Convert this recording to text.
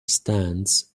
stands